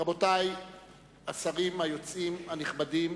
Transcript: רבותי השרים היוצאים הנכבדים,